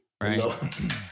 Right